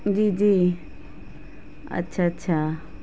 جی جی اچھا اچھا